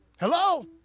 Hello